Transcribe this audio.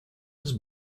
his